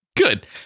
good